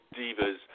Divas